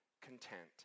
Content